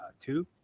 Two